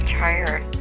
tired